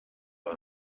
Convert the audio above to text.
bei